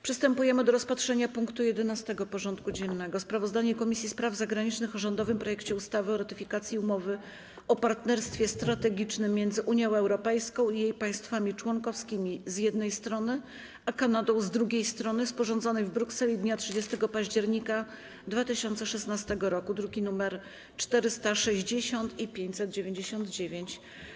Przystępujemy do rozpatrzenia punktu 11. porządku dziennego: Sprawozdanie Komisji Spraw Zagranicznych o rządowym projekcie ustawy o ratyfikacji Umowy o partnerstwie strategicznym między Unią Europejską i jej państwami członkowskimi, z jednej strony, a Kanadą, z drugiej strony, sporządzonej w Brukseli dnia 30 października 2016 r. (druki nr 460 i 599)